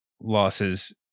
losses